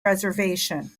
reservation